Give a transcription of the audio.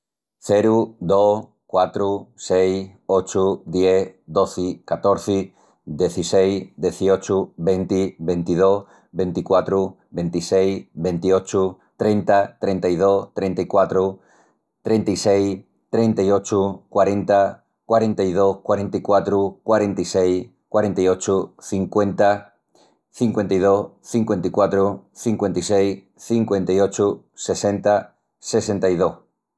Ceru, dos, quatru, seis, ochu, dies, dozi, catorzi, dezisseis, deziochu, venti, ventidós, ventiquatru, ventisseis, ventiochu, trenta, trenta-i-dos, trenta-i-quatru, trenta-i-seis, trenta-i-ochu, quarenta, quarenta-i-dos, quarenta-i-quatru, quarenta-i-seis, quarenta-i-ochu, cinqüenta, cinqüenta-i-dos, cinqüenta-i-quatru, cinqüenta-i-seis, cincuenta-i-ochu, sesenta, sessenta-i-dos...